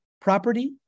property